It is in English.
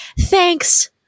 Thanks